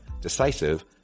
decisive